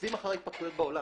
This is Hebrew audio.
עוקבים אחר ההתפתחויות בעולם,